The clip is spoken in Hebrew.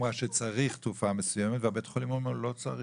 אמרה שצריך תרופה מסוימת ובית החולים אמר שלא צריך.